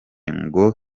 ngo